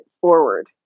forward